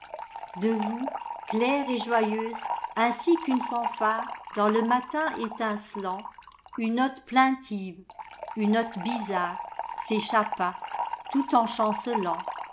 de vous claire et joyeuse ainsi qu'une fanfaredans le matin étincclant une note plaintive une note bizarre s'échappa tout en chancelant